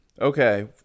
okay